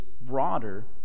broader